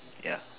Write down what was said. ya